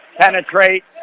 penetrate